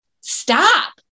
stop